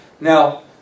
Now